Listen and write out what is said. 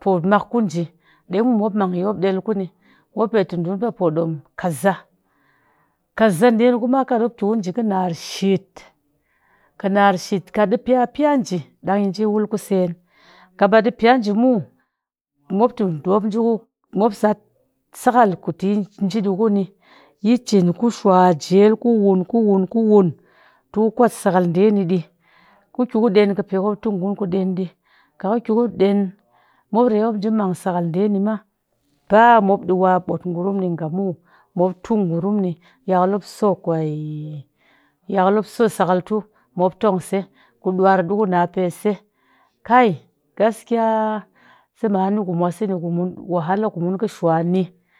pomak ku njii ɗɛeng mu mop mangyi mop ɗelkuni mop tɨ mop kɨ ɗom kaza kaza ḏeni at mop ki kunjii kinar shit kinar shit kat ɗii piya piya njii dang yi nji wul kuseen katba ɗii piya njii muw ɓi mop tɨ mop njiku mopsat sakal kutɨ yi nji ɗiikuni. Yi cin ku shwa njel ku wuun ku wuun tɨ ku kat sakal ɗee ni ɗii, ku ki ku ɗen kɨ pe kumop tɨ ku ɗen ɗii kat ku ki ku ɗen mop rye mop njimang sakal ɗeeni ma ba mop ɗii wa ɓoot ngurum ni nga muw, mop tu ngurumni yakal mop so kweee yakal mop so sakal tu mop tongse ku ɗuar ɗikunapese. kai gaskiya zamani ku mwase ni kumun wahala ku mun kɨ shwani.